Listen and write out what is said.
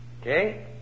Okay